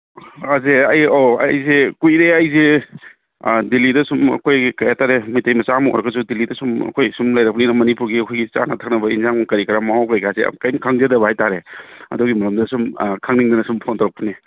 ꯑꯁꯦ ꯑꯩ ꯑꯣ ꯑꯩꯁꯦ ꯀꯨꯏꯔꯦ ꯑꯩꯁꯦ ꯗꯤꯜꯂꯤꯗ ꯁꯨꯝ ꯑꯩꯈꯣꯏꯒꯤ ꯀꯩ ꯍꯥꯏ ꯇꯥꯔꯦ ꯃꯩꯇꯩ ꯃꯆꯥ ꯑꯃ ꯑꯣꯏꯔꯒꯁꯨ ꯗꯤꯜꯂꯤꯗ ꯁꯨꯝ ꯑꯩꯈꯣꯏ ꯁꯨꯝ ꯂꯩꯔꯝꯅꯤꯅ ꯃꯅꯤꯄꯨꯔꯒꯤ ꯑꯩꯈꯣꯏꯒꯤ ꯆꯥꯅ ꯊꯛꯅꯕ ꯏꯟꯖꯥꯡ ꯀꯔꯤ ꯀꯔꯥ ꯃꯍꯥꯎ ꯀꯩꯀꯥꯁꯦ ꯀꯩꯝ ꯈꯪꯖꯗꯕ ꯍꯥꯏ ꯇꯥꯔꯦ ꯑꯗꯨꯒꯤ ꯃꯔꯝꯗ ꯁꯨꯝ ꯈꯪꯅꯤꯡꯗꯅ ꯐꯣꯟ ꯇꯧꯔꯛꯄꯅꯤ